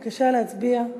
בבקשה, להצביע.